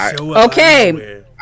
Okay